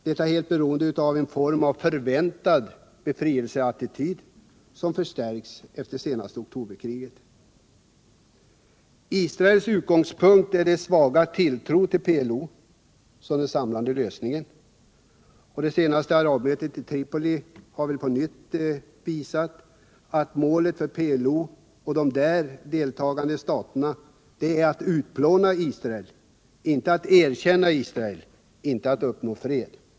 Detta är helt beroende på en form av förväntad ”befrielseattityd” , som förstärktes efter det senaste oktoberkriget. Israels utgångspunkt är dess svaga tilltro till PLO som den samlande lösningen. Det senaste arabmötet i Tripoli har på nytt visat att målet för PLO och de där deltagande staterna är att utplåna Israel — inte att erkänna Israel, inte att uppnå fred.